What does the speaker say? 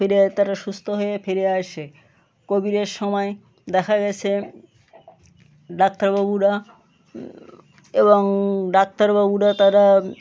ফিরে তারা সুস্থ হয়ে ফিরে আসে কোভিডের সময় দেখা গিয়েছে ডাক্তারবাবুরা এবং ডাক্তারবাবুরা তারা